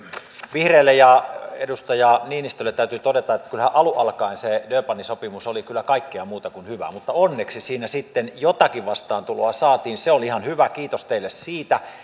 vihreille ja edustaja niinistölle täytyy todeta että kyllähän alun alkaen se durbanin sopimus oli kaikkea muuta kuin hyvä mutta onneksi siinä sitten jotakin vastaantuloa saatiin se oli ihan hyvä kiitos teille siitä